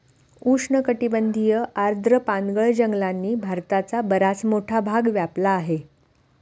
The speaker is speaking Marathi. उष्णकटिबंधीय आर्द्र पानगळ जंगलांनी भारताचा बराच मोठा भाग व्यापला आहे